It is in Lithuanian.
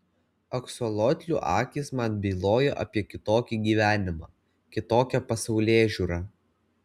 aksolotlių akys man bylojo apie kitokį gyvenimą kitokią pasaulėžiūrą